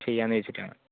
ചെയ്യാമെന്ന് വെച്ചിട്ടാണ്